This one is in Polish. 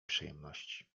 przyjemności